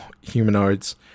humanoids